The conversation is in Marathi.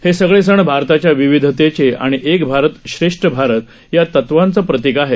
हे सगळे सण भारताच्या विविधतेचं आणि एक भारत श्रेष्ठ भारत या तत्वाचं प्रतिक आहे